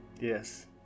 Yes